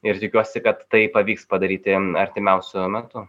ir tikiuosi kad tai pavyks padaryti artimiausiu metu